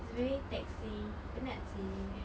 is very taxing penat seh